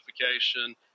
notification